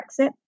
brexit